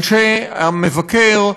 אנשי המבקר,